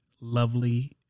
lovely